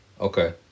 Okay